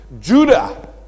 Judah